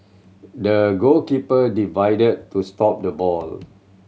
the goalkeeper divided to stop the ball